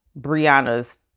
Brianna's